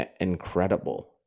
incredible